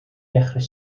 dechrau